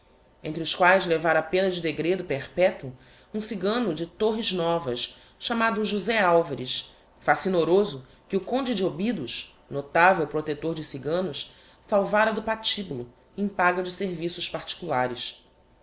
entre os quaes levára pena de degredo perpetuo um cigano de torres novas chamado josé alvares facinoroso que o conde de obidos notavel protector de ciganos salvára do patibulo em paga de serviços particulares